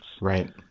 Right